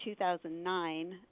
2009